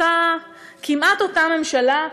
כמעט אותה ממשלה,